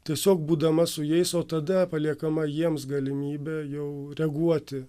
tiesiog būdama su jais o tada paliekama jiems galimybė jau reaguoti